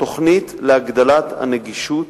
הגדלת הנגישות